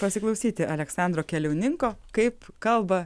pasiklausyti aleksandro keliauninko kaip kalba